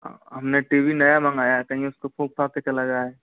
हमने TV नया मंगाया है कहीं उसको फूँक फाँक के चला जाए